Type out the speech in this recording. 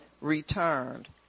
returned